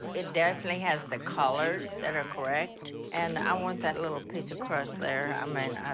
it definitely has the colors that are correct. and i want that little piece of crust there. i mean,